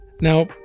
Now